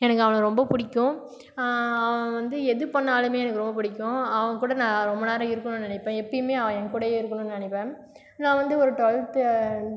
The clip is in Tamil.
எனக்கு அவனை ரொம்ப பிடிக்கும் அவன் வந்து எது பண்ணாலுமே எனக்கு ரொம்ப பிடிக்கும் அவன் கூட நான் ரொம்ப நேரம் இருக்கணும்னு நினைப்பேன் எப்பவுமே அவன் என் கூடவே இருக்கணும்னு நினைப்பேன் நான் வந்து ஒரு டுவெல்த்